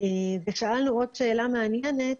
ושאלנו עוד שאלה מעניינת,